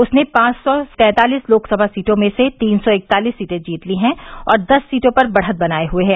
उसने पांच सौ तैंतालिस लोकसभा सीटों में से तीन सौ इकतालिस सीटें जीत ली हैं और दस पर बढ़त बनाए हुए है